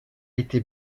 été